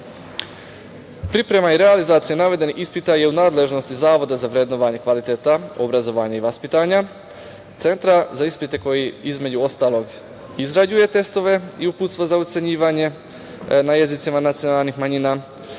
godine. Priprema i realizacija navedenih ispita je u nadležnosti Zavoda za vrednovanje kvaliteta obrazovanja i vaspitanja, Centra za ispite koji između ostalog izrađuje testove i uputstva za ocenjivanje na jezicima nacionalnih manjina